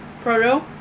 Proto